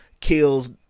kills